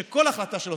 שכל החלטה שתחליטו,